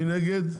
מי נגד?